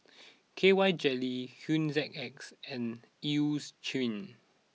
K Y Jelly Hygin X and Eucerin